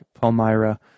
Palmyra